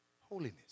holiness